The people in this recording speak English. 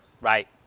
Right